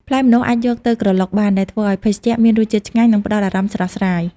ផ្លែម្នាស់អាចយកទៅក្រឡុកបាន ដែលធ្វើឲ្យភេសជ្ជៈមានរសជាតិឆ្ងាញ់ និងផ្តល់អារម្មណ៍ស្រស់ស្រាយ។